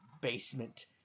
basement